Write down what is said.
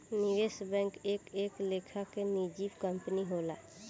निवेश बैंक एक एक लेखा के निजी कंपनी होला